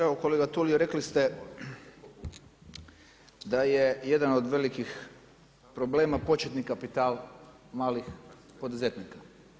Evo kolega Tulio, rekli ste da je jedan od velikih problema početni kapital malih poduzetnika.